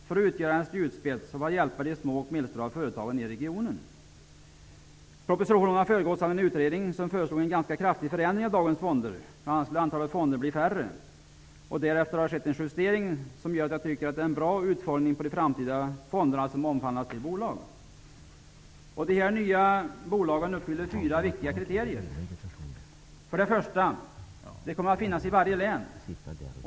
De kan utgöra en spjutspets för att hjälpa de små och medelstora företagen i regionen. Propositionen har föregåtts av en utredning. Utredningen föreslog en ganska kraftig förändring av dagens fonder. Bl.a. ville man att antalet fonder skulle bli mindre. Därefter har det skett en justering. Nu tycker jag att det är en bra utformning av förslaget, dvs. att fonderna i framtiden skall omvandlas till bolag. Dessa nya bolag uppfyller fyra viktiga kriterier. För det första kommer de att finnas i varje län.